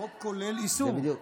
החוק כולל איסור,